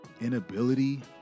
inability